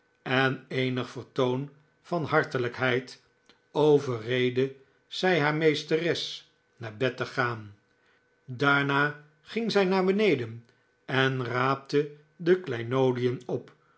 en eenig vertoon van hartelijkheid overreedde zij haar meesteres naar bed te gaan daarna ging zij naar beneden en raapte de kleinoodien op